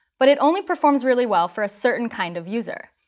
but it only performs really well for a certain kind of user.